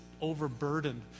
overburdened